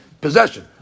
possession